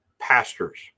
Pastors